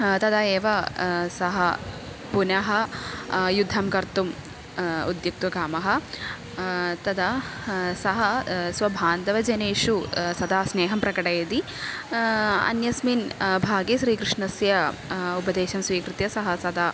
तदा एव सः पुनः युद्धं कर्तुम् उद्युक्तकामः तदा सः स्वबान्धवजनेषु सदा स्नेहं प्रकटयति अन्यस्मिन् भागे श्रीकृष्णस्य उपदेशं स्वीकृत्य सः सदा